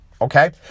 Okay